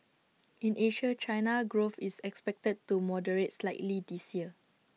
in Asia China's growth is expected to moderate slightly this year